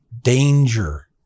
Danger